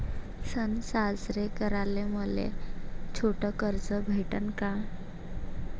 सन साजरे कराले मले छोट कर्ज भेटन का?